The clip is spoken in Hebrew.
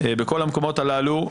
בכל המקומות הללו,